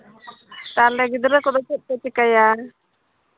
ᱛᱟᱦᱞᱮ ᱜᱤᱫᱽᱨᱟᱹ ᱠᱚᱫᱚ ᱪᱮᱫ ᱠᱚ ᱪᱤᱠᱟᱹᱭᱟ